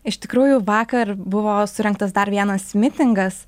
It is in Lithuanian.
iš tikrųjų vakar buvo surengtas dar vienas mitingas